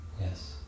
Yes